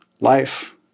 life